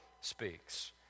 speaks